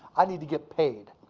i need to get paid.